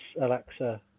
Alexa